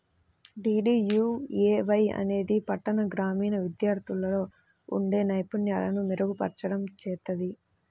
DDUAY అనేది పట్టణ, గ్రామీణ విద్యార్థుల్లో ఉండే నైపుణ్యాలను మెరుగుపర్చడం చేత్తది